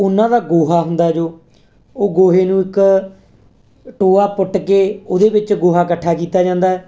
ਉਹਨਾਂ ਦਾ ਗੋਹਾ ਹੁੰਦਾ ਜੋ ਉਹ ਗੋਹੇ ਨੂੰ ਇੱਕ ਟੋਆ ਪੁੱਟ ਕੇ ਉਹਦੇ ਵਿੱਚ ਗੋਹਾ ਇਕੱਠਾ ਕੀਤਾ ਜਾਂਦਾ